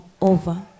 over